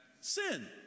Sin